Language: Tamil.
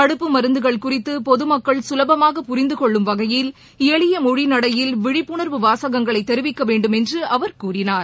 தடுப்பு மருந்துகள் குறித்து பொது மக்கள் சுலபமாக புரிந்து கொள்ளும் வகையில் எளிய மொழி நடையில் விழிப்புணர்வு வாசகங்களை தெரிவிக்க வேண்டுமென்று அவர் கூறினார்